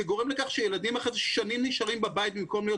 זה גורם לכך שילדים אחרי זה שנים נשארים בבית במקום להיות